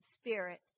spirit